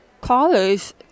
college